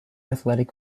athletic